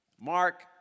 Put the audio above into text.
Mark